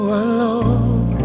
alone